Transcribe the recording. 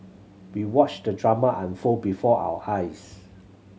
we watched the drama unfold before our eyes